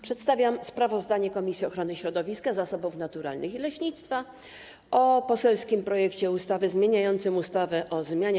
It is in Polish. Przedstawiam sprawozdanie Komisji Ochrony Środowiska, Zasobów Naturalnych i Leśnictwa o poselskim projekcie ustawy zmieniającej ustawę o zmianie